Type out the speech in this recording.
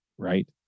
right